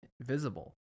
visible